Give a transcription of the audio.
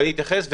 אתייחס.